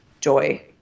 joy